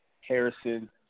Harrison